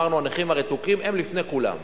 אמרנו: הנכים הרתוקים הם לפני כולם,